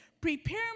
prepare